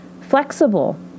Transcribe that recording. flexible